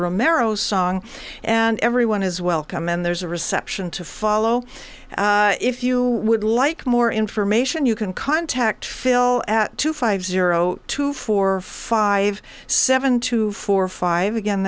romero song and everyone is welcome and there's a reception to follow if you would like more information you can contact fill at two five zero two four five seven two four five again